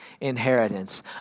inheritance